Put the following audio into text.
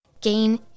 gain